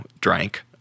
drank